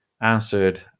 answered